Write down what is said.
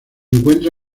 encuentra